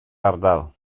ardal